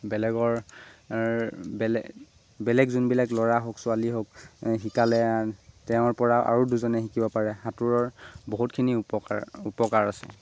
বেলেগৰ বেলেগ বেলেগ যোনবিলাক ল'ৰা হওক ছোৱালী হওক শিকালে তেওঁৰপৰা আৰু দুজনে শিকিব পাৰে সাঁতোৰৰ বহুতখিনি উপকাৰ উপকাৰ আছে